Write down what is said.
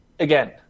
again